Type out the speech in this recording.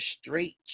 straight